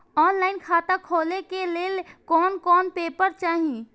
Online खाता खोले के लेल कोन कोन पेपर चाही?